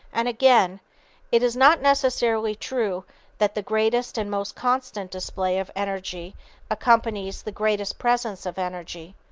and again it is not necessarily true that the greatest and most constant display of energy accompanies the greatest presence of energy.